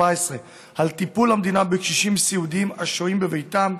על טיפול המדינה בקשישים סיעודיים השוהים בביתם,